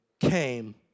came